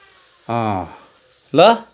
अँ ल